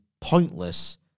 pointless